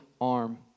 arm